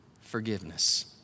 forgiveness